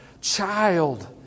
child